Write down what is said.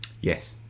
Yes